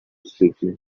speaking